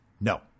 No